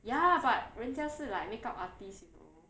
ya but 人家是 like makeup artist you know